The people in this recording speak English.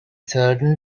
certain